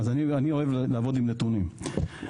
אני אוהב לעבוד עם נתונים.